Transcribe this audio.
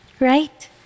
Right